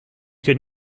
could